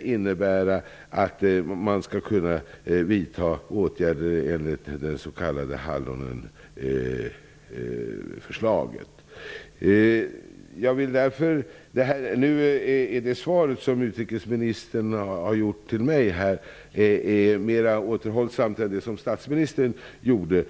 innebära att man kan vidta åtgärder enligt det s.k. Halonenförslaget. Det svar som utrikesministern har givit mig är mer återhållsamt än det uttalande som statsministern gjorde.